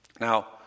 Now